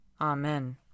Amen